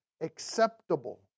acceptable